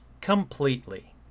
completely